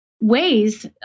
ways